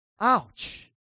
Ouch